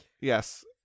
Yes